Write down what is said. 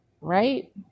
right